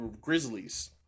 Grizzlies